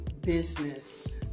business